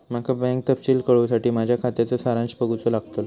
माका बँक तपशील कळूसाठी माझ्या खात्याचा सारांश बघूचो लागतलो